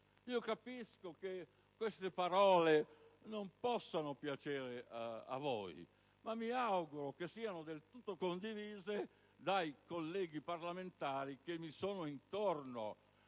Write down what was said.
Capisco che queste parole non possono piacervi, ma mi auguro che siano del tutto condivise dai colleghi parlamentari che mi sono intorno.